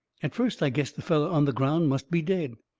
at first i guessed the feller on the ground must be dead.